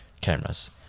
cameras